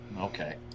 Okay